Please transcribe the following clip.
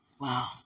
Wow